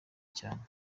cyane